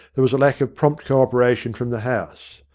there was a lack of prompt co-opera tion from the house.